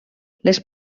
les